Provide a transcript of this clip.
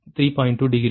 2 டிகிரிக்கு சமமான 0